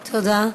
תודה.